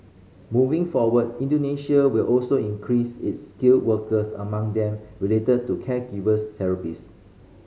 moving forward Indonesia will also increase its skilled workers among them related to caregiver therapist